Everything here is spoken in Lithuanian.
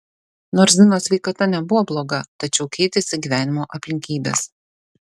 nors zinos sveikata nebuvo bloga tačiau keitėsi gyvenimo aplinkybės